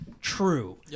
true